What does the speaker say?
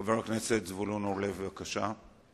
חבר הכנסת זבולון אורלב, בבקשה.